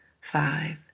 five